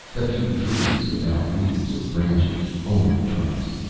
a few trees without leaves or branches, only the trunks.